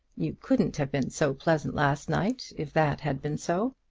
you couldn't have been so pleasant last night if that had been so.